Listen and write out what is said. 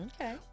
Okay